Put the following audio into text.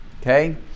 Okay